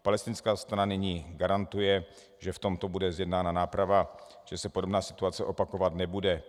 Palestinská strana nyní garantuje, že v tomto bude zjednána náprava, že se podobná situace opakovat nebude.